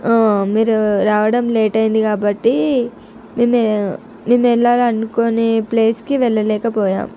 మీరు రావడం లేట్ అయింది కాబట్టి మేము మేము వెళ్ళాలి అనుకునే ప్లేస్కి వెళ్ళలేకపోయాం